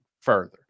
further